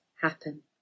happen